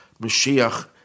Mashiach